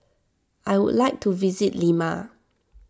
I would like to visit Lima